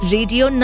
Radio